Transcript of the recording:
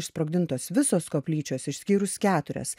išsprogdintos visos koplyčios išskyrus keturias